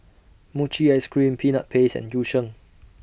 Mochi Ice Cream Peanut Paste and Yu Sheng